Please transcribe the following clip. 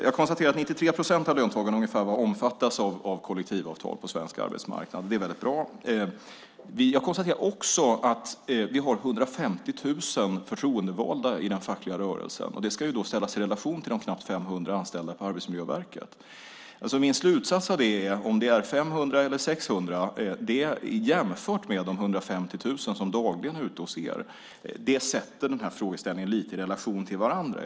Jag konstaterar att ungefär 93 procent av löntagarna omfattas av kollektivavtal på svensk arbetsmarknad. Det är väldigt bra. Jag konstaterar också att vi har 150 000 förtroendevalda i den fackliga rörelsen, och det ska då ställas i relation till de knappt 500 anställda på Arbetsmiljöverket. Min slutsats av det, om det är 500 eller 600 jämfört med de 150 000 som dagligen är ute hos er, är att det sätter de här frågeställningarna lite i relation till varandra.